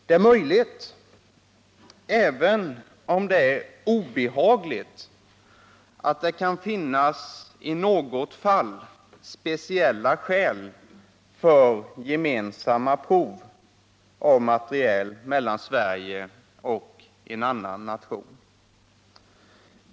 Det är möjligt, även om det är obehagligt, att det i något fall kan finnas speciella skäl för gemensamma prov av materiel mellan Sverige och annan nation.